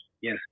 Yes